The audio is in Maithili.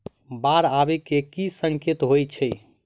बाढ़ आबै केँ की संकेत होइ छै?